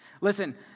Listen